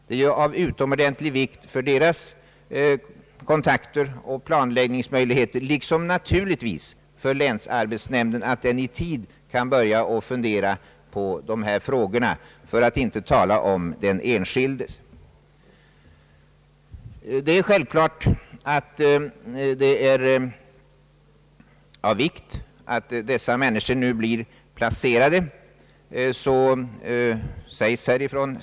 Det är ju av utomordentlig vikt för kommunernas kontakter och deras planläggning liksom naturligtvis också för länsarbetsnämnden att i tid kunna börja att överväga vad som skall göras i sådana här fall — för att nu inte tala om de enskilda människorna. Självklart är det av vikt att dessa människor nu blir placerade.